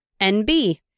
NB